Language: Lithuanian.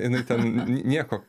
jinai ten nieko